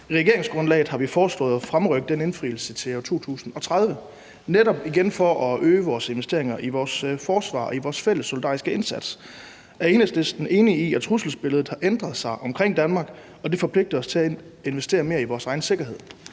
I regeringsgrundlaget har vi foreslået at fremrykke den indfrielse til år 2030, netop igen for at øge vores investeringer i vores forsvar og i vores fælles solidariske indsats. Er Enhedslisten enig i, at trusselsbilledet har ændret sig omkring Danmark, og at det forpligter os til at investere mere i vores egen sikkerhed?